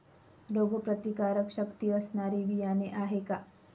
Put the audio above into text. रोगप्रतिकारशक्ती असणारी बियाणे आहे का?